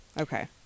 okay